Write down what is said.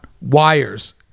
wires